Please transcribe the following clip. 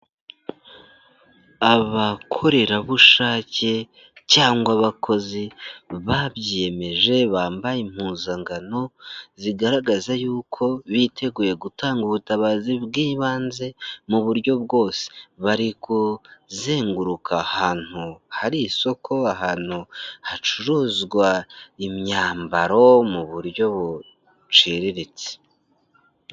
Abakorerabushake cyangwa abakozi babyimeje bambaye impuzangano zigaragaza yuko biteguye gutanga ubutabazi bw'ibanze, mu buryo bwose bari kuzenguruka ahantu hari isoko, ahantu hacuruzwa imyambaro mu buryo buciriritse.